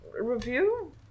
review